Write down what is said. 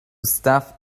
stuff